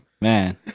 Man